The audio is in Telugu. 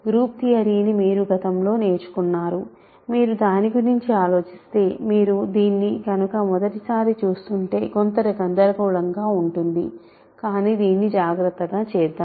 గ్రూప్ థియరీని మీరు గతంలో నేర్చుకున్నారు మీరు దాని గురించి ఆలోచిస్తే మీరు దీన్నికనుక మొదటిసారి చూస్తుంటే కొంత గందరగోళంగా ఉంటుంది కాని దీన్ని జాగ్రత్తగా చేద్దాం